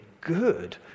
good